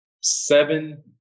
seven